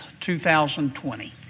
2020